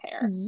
hair